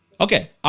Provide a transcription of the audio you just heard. Okay